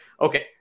okay